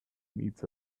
needs